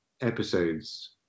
episodes